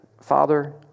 Father